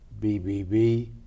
BBB